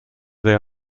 they